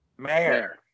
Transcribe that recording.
Mayor